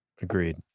Agreed